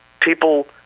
People